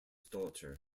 daughter